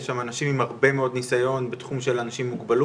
יש שם אנשים עם הרבה מאוד נסיון בתחום של אנשים עם מוגבלות,